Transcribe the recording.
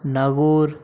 Nagaur